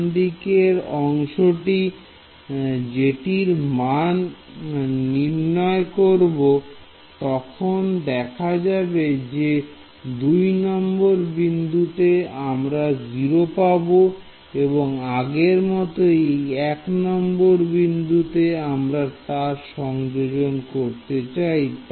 ডান দিকের অংশটি যেটির মান নির্ণয় করব তখন দেখা যাবে যে 2 নম্বর বিন্দুতে আমরা 0 পাব আগের মতই এবং এক নম্বর বিন্দুতে আমরা সংযোজন করতে চাই